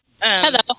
Hello